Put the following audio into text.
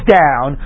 down